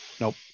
Nope